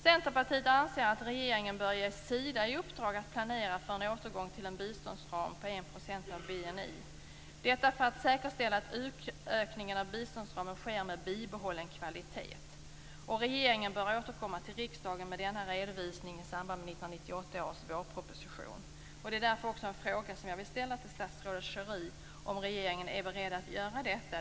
Centerpartiet anser att regeringen bör ge Sida i uppdrag att planera för en återgång till en biståndsram på 1 % av BNI - detta för att säkerställa att utökningen av biståndsramen sker med bibehållen kvalitet. Regeringen bör återkomma till riksdagen med denna redovisning i samband med 1998 års vårproposition. Därför vill jag ställa frågan till statsrådet Schori om regeringen är beredd att göra detta.